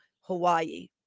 Hawaii